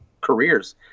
careers